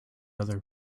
other